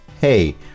Hey